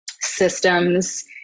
systems